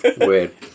Weird